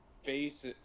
face